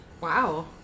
wow